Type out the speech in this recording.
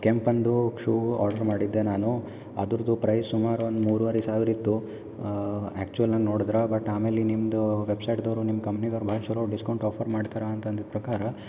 ಕೆಂಪಂದು shoe order ಮಾಡಿದ್ದೆ ನಾನು ಅದರ್ದು ಪ್ರೈಸು ಸುಮಾರೊಂದು ಮೂರುವರೆ ಸಾವ್ರ ಇತ್ತು ಆ್ಯಕ್ಚುವಲ್ ನಾ ನೋಡ್ರುದ ಬಟ್ ಆಮೇಲೆ ನಿಮ್ಮದು ವೆಬ್ಸೈಟ್ದವರು ನಿಮ್ಮ ಕಂಪ್ನೀದವ್ರು ಭಾಳ್ ಚಲೋ ಡಿಸ್ಕೌಂಟ್ ಆಫರ್ ಮಾಡ್ತರ ಅಂತ ಅಂದಿದ ಪ್ರಕಾರ